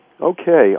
Okay